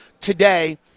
today